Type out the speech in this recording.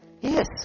yes